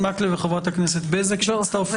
וחברת הכנסת בזק.